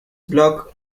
block